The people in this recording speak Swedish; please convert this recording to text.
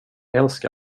älska